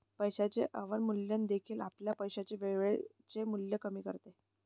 पैशाचे अवमूल्यन देखील आपल्या पैशाचे वेळेचे मूल्य कमी करते